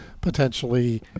potentially